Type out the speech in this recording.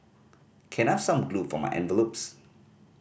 can I have some glue for my envelopes